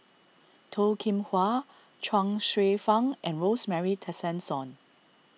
Toh Kim Hwa Chuang Hsueh Fang and Rosemary Tessensohn